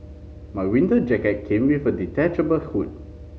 my winter jacket came with a detachable hood